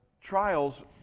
trials